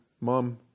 mom